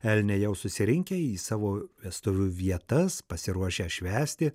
elniai jau susirinkę į savo vestuvių vietas pasiruošę švęsti